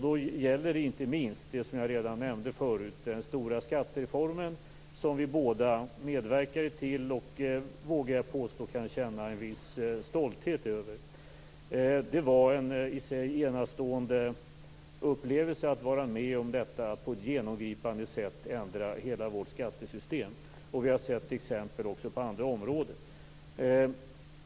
Det gäller inte minst det som jag nämnde förut: den stora skattereformen, som vi båda medverkade till och, vågar jag påstå, kan känna en viss stolthet över. Det var en i sig enastående upplevelse att vara med om att på ett genomgripande sätt ändra hela vårt skattesystem. Vi har sett exempel också på andra områden.